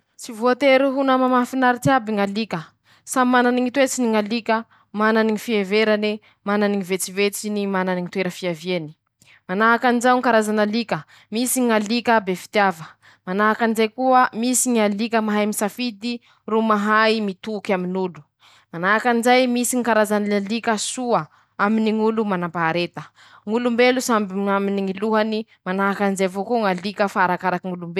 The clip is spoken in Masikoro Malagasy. Tsy voatery ho nama mahafinaritsy iaby ñalika, samy mana ñy toetsiny ñalika: -Mana ñy fiheverany. - Mana ñy vetsivetsiny.- Mana ñy toera fiaviany. Manahakyanizao ñy karazan' alika :-Misy ñalika be fitiava, manahaky anizay koamisy ñalika mahay misafady ro mahay mitoky aminolo; manahaky anizay koa misy karazan' alika soa aminy ñy ñolo manam- pahareta, ñolombelo samy aminy ñy lohany manahaky anizay avao koa ñalika fa arakaraky ñolombe.